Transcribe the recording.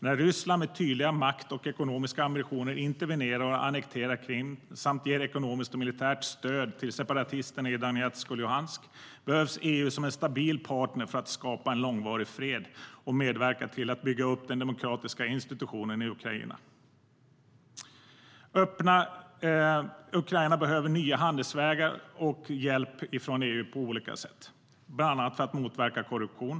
När Ryssland, med tydliga maktambitioner och ekonomiska ambitioner, intervenerar och annekterar Krim samt ger ekonomiskt och militärt stöd till separatisterna i Donetsk och Luhansk behövs EU som en stabil partner för att skapa en långvarig fred och medverka till att bygga upp den demokratiska institutionen i Ukraina.Ukraina behöver nya handelsvägar och hjälp från EU på olika sätt, bland annat för att motverka korruption.